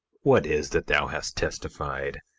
what is that thou hast testified?